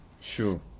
Sure